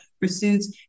pursuits